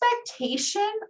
expectation